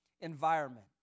environment